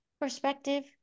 perspective